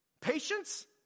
Patience